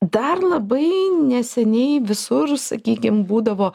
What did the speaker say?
dar labai neseniai visur sakykim būdavo